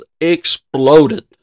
exploded